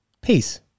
peace